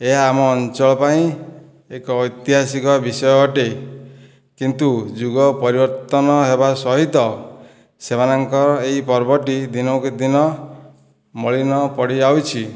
ଏହା ଆମ ଅଞ୍ଚଳ ପାଇଁ ଏକ ଐତିହାସିକ ବିଷୟ ଅଟେ କିନ୍ତୁ ଯୁଗ ପରିବର୍ତ୍ତନ ହେବା ସହିତ ସେମାନଙ୍କର ଏହି ପର୍ବ ଟି ଦିନକୁ ଦିନ ମଳିନ ପଡ଼ିଯାଉଛି